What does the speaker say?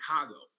Chicago